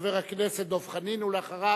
חבר הכנסת דב חנין, ואחריו,